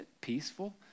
peaceful